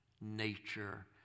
nature